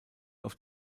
auf